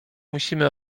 musimy